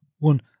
One